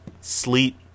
sleep